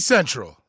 Central